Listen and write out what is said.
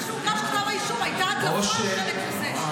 היה כתוב גם בכתב האישום, הייתה הדלפה על חלק מזה.